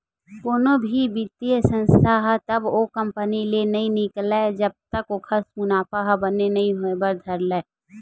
कोनो भी बित्तीय संस्था ह तब तक ओ कंपनी ले नइ निकलय जब तक ओखर मुनाफा ह बने नइ होय बर धर लय